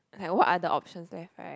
okay what are the options left right